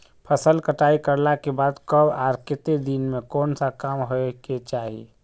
फसल कटाई करला के बाद कब आर केते दिन में कोन सा काम होय के चाहिए?